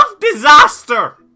disaster